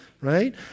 Right